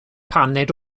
paned